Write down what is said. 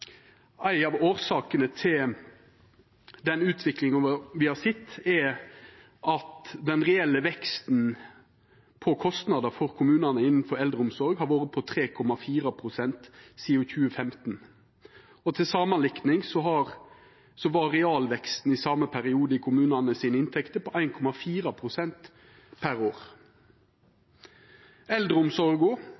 ei av årsakene til den utviklinga me har sett, er at den reelle veksten i kostnader for kommunane innanfor eldreomsorg har vore på 3,4 pst. sidan 2015. Til samanlikning var realveksten i inntektene til kommunane i den same perioden på 1,4 pst. per år.